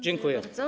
Dziękuję bardzo.